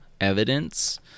evidence